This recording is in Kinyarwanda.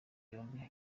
yombi